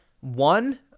one